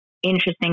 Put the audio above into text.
interesting